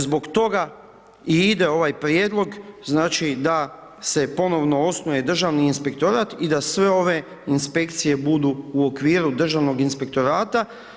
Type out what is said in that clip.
Zbog toga i ide ovaj prijedlog znači da se ponovno osnuje Državni inspektorat i da sve ove inspekcije budu u okviru Državnog inspektorata.